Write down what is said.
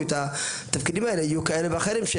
את התפקידים האלה יהיו כאלה ואחרים.